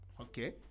Okay